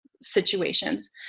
situations